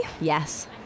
Yes